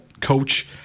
coach